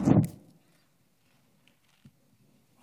תודה רבה,